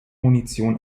munition